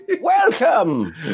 welcome